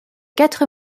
quatre